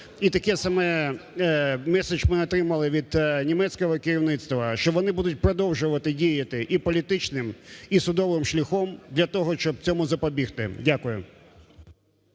і такий самий меседж ми отримали від німецького керівництва, що вони будуть продовжувати діяти і політичним і судовим шляхом для того, щоб цьому запобігти. Дякую.